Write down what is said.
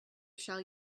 shall